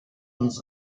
uns